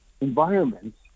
environments